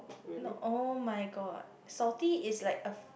no oh-my-god salty is like a